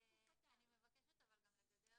אני מבקשת גם לגדר